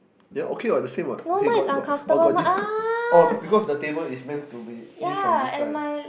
ya okay what the same what okay got got oh got discount oh because the table is meant to be new from this side